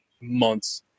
months